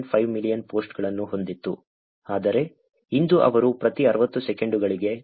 5 million ಪೋಸ್ಟ್ಗಳನ್ನು ಹೊಂದಿತ್ತು ಆದರೆ ಇಂದು ಅವರು ಪ್ರತಿ 60 ಸೆಕೆಂಡುಗಳಿಗೆ 3